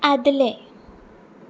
आदले